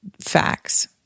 facts